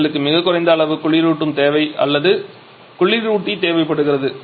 எங்களுக்கு மிகக் குறைந்த அளவு குளிரூட்டும் தேவை அல்லது குளிரூட்டி தேவைப்படுகிறது